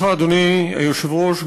אדוני היושב-ראש,